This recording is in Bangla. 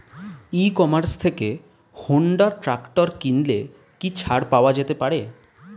ই কমার্স থেকে হোন্ডা ট্রাকটার কিনলে কি ছাড় পাওয়া যেতে পারে?